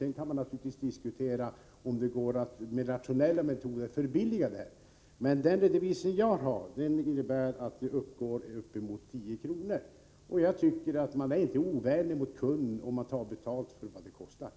Det kan naturligtvis diskuteras om det är möjligt att med rationella metoder minska denna kostnad. Jag tycker alltså inte att man är ovänlig mot kunden om man tar betalt för en kostnad.